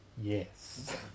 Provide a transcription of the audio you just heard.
Yes